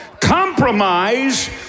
Compromise